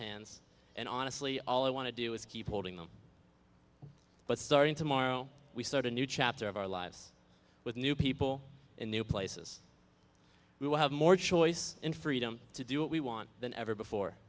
hands and honestly all i want to do is keep holding them but starting tomorrow we start a new chapter of our lives with new people in new places we will have more choice in freedom to do what we want than ever before